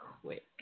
quick